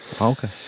Okay